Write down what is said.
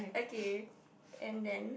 okay and then